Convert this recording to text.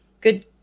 good